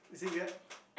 is it weird